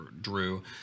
drew